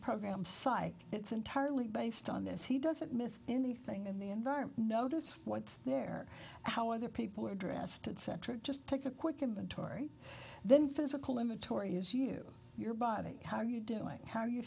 program psych it's entirely based on this he doesn't miss anything in the environment notice what's there how other people are dressed and centric just take a quick inventory then physical limit tori is you your body how you doing how you